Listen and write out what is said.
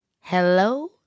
Hello